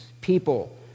people